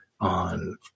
on